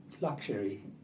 luxury